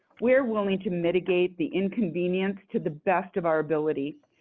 we're willing to mitigate the inconvenience to the best of our ability.